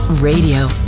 Radio